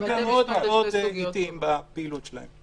גם בתי המשפט מאוד איטיים בפעילות שלהם.